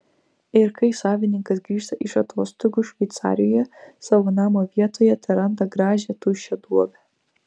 ir kai savininkas grįžta iš atostogų šveicarijoje savo namo vietoje teranda gražią tuščią duobę